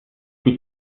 die